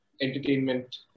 entertainment